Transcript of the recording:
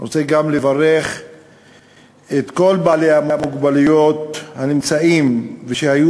אני רוצה גם לברך את כל בעלי המוגבלויות הנמצאים ושהיו